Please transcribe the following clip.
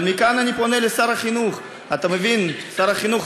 אבל מכאן אני פונה לשר החינוך: שר החינוך,